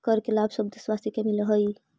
कर के लाभ सब देशवासी के मिलऽ हइ